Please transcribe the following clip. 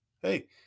hey